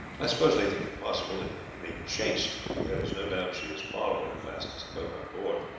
i suppose they think it possible that you may be chased, and there is no doubt she is far away the fastest boat on board.